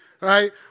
Right